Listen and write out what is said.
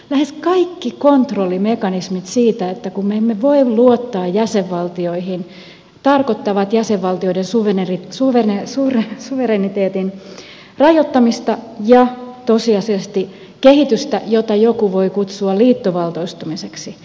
lähes kaikki siitä johtuvat kontrollimekanismit että me emme voi luottaa jäsenvaltioihin tarkoittavat jäsenvaltioiden suvereniteetin rajoittamista ja tosiasiallisesti kehitystä jota joku voi kutsua liittovaltioitumiseksi